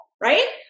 right